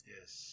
Yes